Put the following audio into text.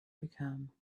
become